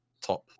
top